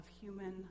human